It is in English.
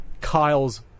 Kyle's